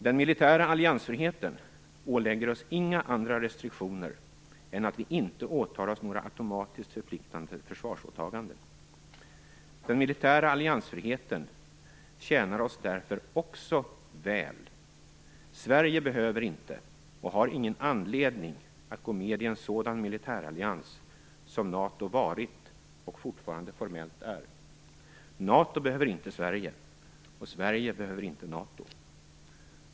Den militära alliansfriheten ålägger oss inga andra restriktioner än att vi inte gör några automatiskt förpliktande försvarsåtaganden. Den militära alliansfriheten tjänar oss därför också väl. Sverige behöver inte och har ingen anledning att gå med i en sådan militärallians som NATO varit och fortfarande formellt är. NATO behöver inte Sverige, och Sverige behöver inte NATO.